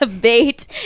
bait